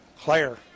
Claire